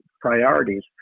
priorities